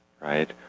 right